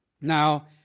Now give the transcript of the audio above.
Now